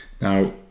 Now